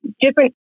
different